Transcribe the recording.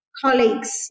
Colleagues